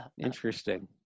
Interesting